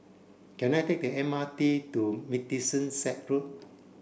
can I take the M R T to Middlesex Road